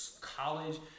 college